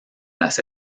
las